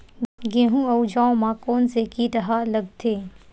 गेहूं अउ जौ मा कोन से कीट हा लगथे?